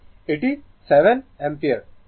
এটি 7 অ্যাম্পিয়ার